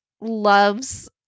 Loves